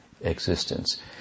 existence